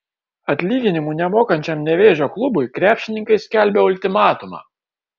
atlyginimų nemokančiam nevėžio klubui krepšininkai skelbia ultimatumą